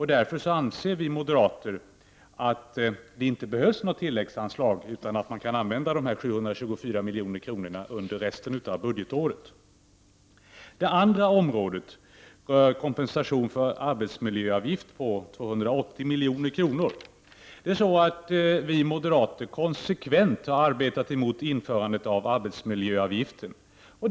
Därför anser vi moderater att det inte behövs något tilläggsanslag utan att man kan använda de 724 miljonerna under resten av budgetåret. Det andra området är kompensation för arbetsmiljöavgift med 280 milj.kr. Vi moderater har konsekvent arbetat emot införandet av arbetsmiljöavgiften.